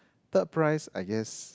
third prize I guess